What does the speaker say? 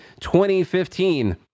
2015